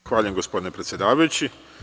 Zahvaljujem, gospodine predsedavajući.